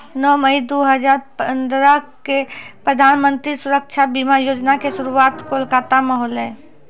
नौ मई दू हजार पंद्रह क प्रधानमन्त्री सुरक्षा बीमा योजना के शुरुआत कोलकाता मे होलै